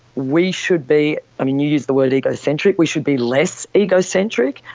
we should be, i mean, you use the word egocentric, we should be less egocentric,